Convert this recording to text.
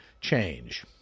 change